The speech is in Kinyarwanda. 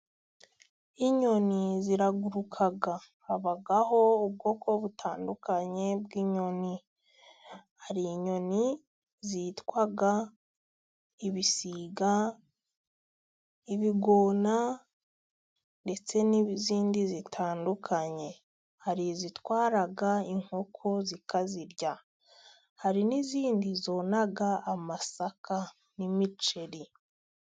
Inyoni ziraguruka. Habaho ubwoko butandukanye bw'inyoni. Hari inyoni zitwa ibisiga, ibigona, ndetse n'izindi zitandukanye. Hari izitwara inkoko zikazirya. Hari n'izindi zona amasaka n'imiceri.